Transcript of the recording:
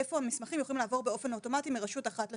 איפה המסמכים יכולים לעבור באופן אוטומטי מרשות אחת לשנייה.